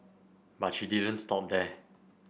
but she didn't stop there